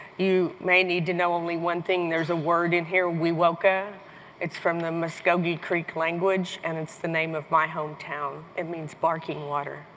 you may need to know only one thing. there's a word in here, wewoka. it's from the muscogee creek language, and it's the name of my hometown. it means barking water.